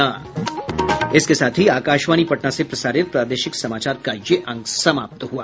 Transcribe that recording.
इसके साथ ही आकाशवाणी पटना से प्रसारित प्रादेशिक समाचार का ये अंक समाप्त हुआ